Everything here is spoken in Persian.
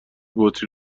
بطری